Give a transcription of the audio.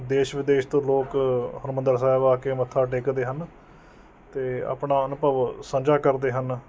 ਦੇਸ਼ ਵਿਦੇਸ਼ ਤੋਂ ਲੋਕ ਹਰਿਮੰਦਰ ਸਾਹਿਬ ਆ ਕੇ ਮੱਥਾ ਟੇਕਦੇ ਹਨ ਅਤੇ ਆਪਣਾ ਅਨੁਭਵ ਸਾਂਝਾ ਕਰਦੇ ਹਨ